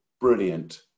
brilliant